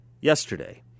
yesterday